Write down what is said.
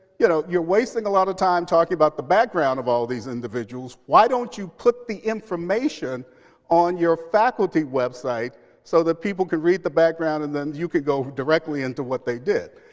you know you're wasting a lot of time talking about the background of all these individuals. why don't you put the information on your faculty website so that people can read the background, and then you can go directly into what they did?